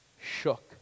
shook